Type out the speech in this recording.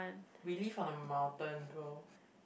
we live on the mountain though